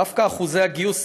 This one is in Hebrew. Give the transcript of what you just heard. דווקא אחוזי הגיוס,